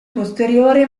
posteriore